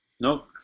Nope